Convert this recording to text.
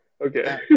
okay